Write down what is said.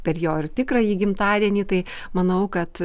per jo ir tikrąjį gimtadienį tai manau kad